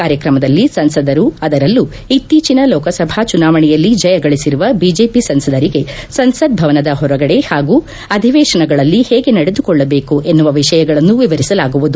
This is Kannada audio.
ಕಾರ್ಯಕ್ರಮದಲ್ಲಿ ಸಂಸದರು ಅದರಲ್ಲೂ ಇತ್ತೀಚನ ಲೋಕಸಭಾ ಚುನಾವಣೆಯಲ್ಲಿ ಜಯಗಳಿಸಿರುವ ಬಿಜೆಪಿ ಸಂಸದರಿಗೆ ಸಂಸತ್ ಭವನದ ಹೊರಗಡೆ ಹಾಗೂ ಅಧಿವೇಶನಗಳಲ್ಲಿ ಹೇಗೆ ನಡೆದುಕೊಳ್ಳಬೇಕು ಎನ್ನುವ ವಿಷಯಗಳನ್ನು ವಿವರಿಸಲಾಗುವುದು